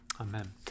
Amen